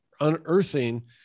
unearthing